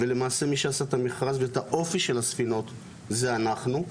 ולמעשה מי שעשה את החברה ואת האופי של הספינות זה אנחנו.